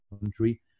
country